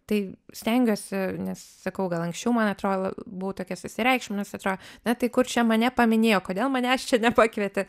tai stengiuosi sakau gal anksčiau man atrodo buvau tokia susireikšminus atrodo na tai kur čia mane paminėjo kodėl manęs čia nepakvietė